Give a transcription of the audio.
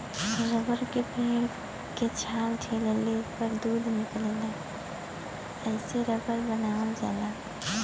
rubber के पेड़ के छाल छीलले पर दूध निकलला एसे रबर बनावल जाला